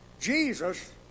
Jesus